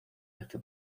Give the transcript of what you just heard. jefe